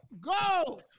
go